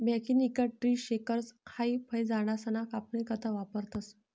mechanical tree shaker हाई फयझाडसना कापनी करता वापरतंस